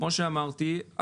כמו שאמרתי,